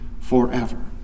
forever